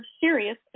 serious